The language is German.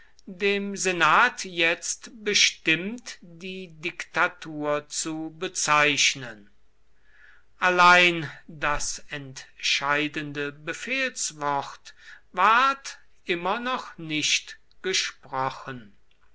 dem senat jetzt bestimmt die diktatur zu bezeichnen allein das entscheidende befehlswort ward immer noch nicht gesprochen